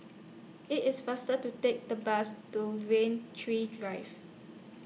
IT IS faster to Take The Bus to Rain Tree Drive